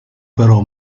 però